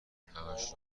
همش